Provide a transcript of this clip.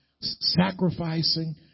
Sacrificing